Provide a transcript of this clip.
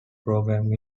program